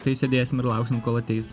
tai sėdėsim ir lauksim kol ateis